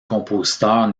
compositeurs